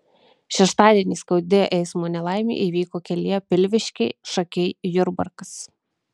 šeštadienį skaudi eismo nelaimė įvyko kelyje pilviškiai šakiai jurbarkas